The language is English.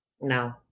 No